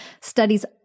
Studies